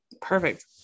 Perfect